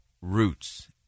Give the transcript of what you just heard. roots